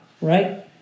right